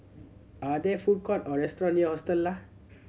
are there food courts or restaurants near Hostel Lah